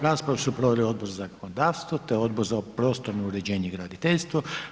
Raspravu su proveli Odbor za zakonodavstvo te Odbor za prostorno uređenje i graditeljstvo.